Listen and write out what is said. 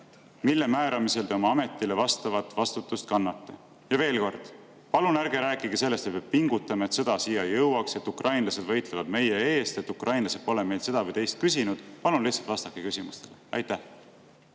mille määramisel te oma ametile vastavat vastutust kannate? Ja veel kord: palun ärge rääkige sellest, et peab pingutama, et sõda siia ei jõuaks; et ukrainlased võitlevad meie eest ja et ukrainlased pole meilt seda või teist küsinud. Palun lihtsalt vastake küsimustele! Aitäh!